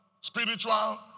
Spiritual